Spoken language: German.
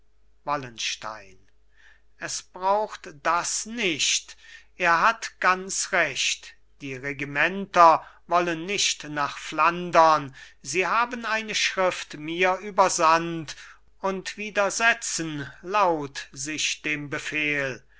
wallenstein es braucht das nicht er hat ganz recht die regimenter wollen nicht nach flandern sie haben eine schrift mir übersandt und widersetzen laut sich dem befehl